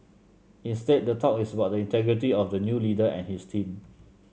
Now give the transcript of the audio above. instead the talk is about the integrity of the new leader and his team